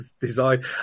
design